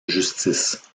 justice